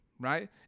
right